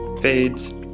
fades